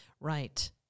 Right